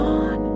on